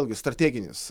vėlgi strateginis